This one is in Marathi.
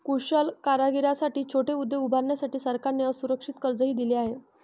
कुशल कारागिरांसाठी छोटे उद्योग उभारण्यासाठी सरकारने असुरक्षित कर्जही दिले आहे